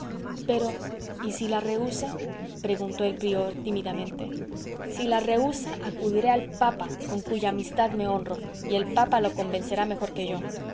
pero y si la rehusa preguntó el prior tímidamente si la rehusa acudiré al papa con cuya amistad me honro y el papa lo convencerá mejor que yo